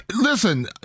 listen